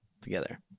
together